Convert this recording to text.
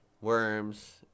worms